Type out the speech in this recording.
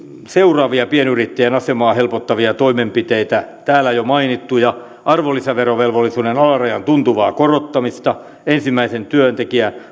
seuraavia pienyrittäjän asemaa helpottavia toimenpiteitä täällä jo mainittuja arvonlisäverovelvollisuuden alarajan tuntuvaa korottamista ensimmäisen työntekijän